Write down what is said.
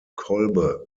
kolbe